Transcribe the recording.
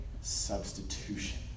substitution